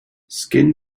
skin